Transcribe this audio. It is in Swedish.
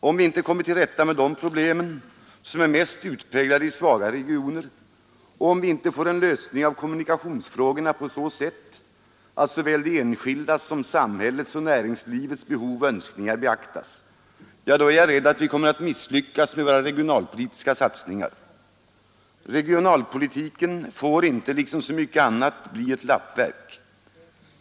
Om vi inte kommer till rätta med de problemen, som är mest utpräglade i svaga regioner, och om vi inte får en lösning av kommunikationsfrågorna på så sätt att såväl de enskildas som samhällets och näringslivets behov och önskningar beaktas — ja, då är jag rädd att vi kommer att misslyckas med våra regionalpolitiska satsningar. Regionalpolitiken får inte liksom så mycket annat bli ett lappverk.